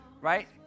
right